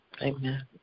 Amen